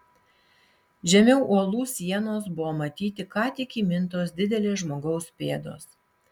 žemiau uolų sienos buvo matyti ką tik įmintos didelės žmogaus pėdos